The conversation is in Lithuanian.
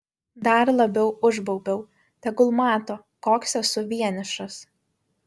dar labiau užbaubiau tegul mato koks esu vienišas